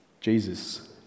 Jesus